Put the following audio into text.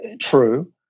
true